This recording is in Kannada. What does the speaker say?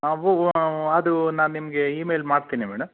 ಹಾಂ ಅದು ನಾ ನಿಮಗೆ ಇಮೇಲ್ ಮಾಡ್ತೀನಿ ಮೇಡಮ್